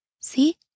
See